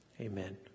amen